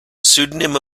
pseudonym